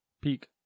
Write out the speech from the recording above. Peak